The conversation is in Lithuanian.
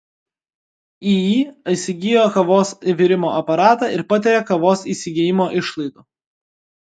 iį įsigijo kavos virimo aparatą ir patiria kavos įsigijimo išlaidų